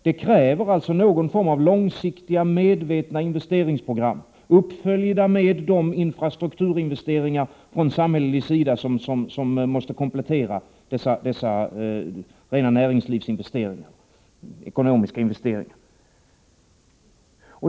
Det krävs alltså någon form av långsiktiga, medvetna investeringsprogram, uppföljda med de infrastruktursinvesteringar från samhällelig sida som måste komplettera dessa rena näringslivsinvesteringar, dessa ekonomiska investeringar.